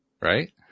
Right